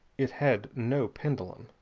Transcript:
it had no pendulum.